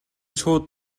шууд